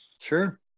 Sure